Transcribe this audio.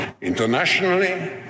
Internationally